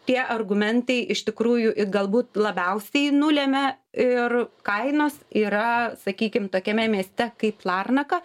tie argumentai iš tikrųjų galbūt labiausiai nulemia ir kainos yra sakykim tokiame mieste kaip larnaka